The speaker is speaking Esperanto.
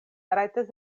rajtas